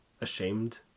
ashamed